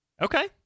Okay